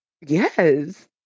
yes